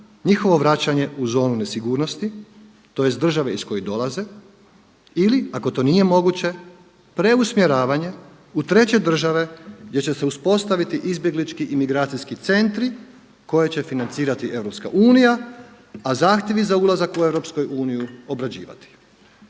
njihovo vraćanje u zonu nesigurnosti tj. države iz kojih dolaze ili ako to nije moguće preusmjeravanje u treće države gdje će se uspostaviti izbjeglički imigracijski centri koje će financirati EU a zahtjevi za ulazak u EU obrađivati.